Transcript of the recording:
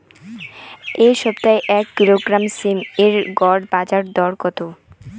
এই সপ্তাহে এক কিলোগ্রাম সীম এর গড় বাজার দর কত?